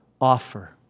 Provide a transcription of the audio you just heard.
offer